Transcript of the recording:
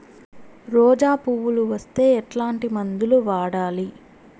రోజా పువ్వులు వస్తే ఎట్లాంటి మందులు వాడాలి?